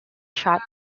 shot